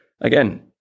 again